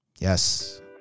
Yes